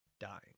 dying